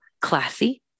classy